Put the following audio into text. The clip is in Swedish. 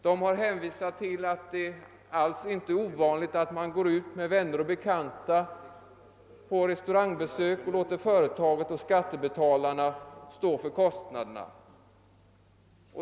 De har framhållit att det inte alls är ovanligt att man går ut med vänner och bekanta på restaurangbesök och låter företaget och skattebetalarna stå för kostnaderna.